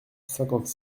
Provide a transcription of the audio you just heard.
cinquante